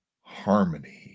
harmony